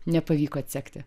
nepavyko atsekti